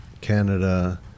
Canada